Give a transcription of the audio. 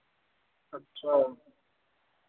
अच्छा